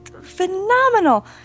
phenomenal